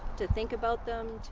to think about them, to